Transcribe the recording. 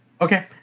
Okay